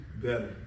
better